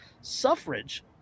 suffrage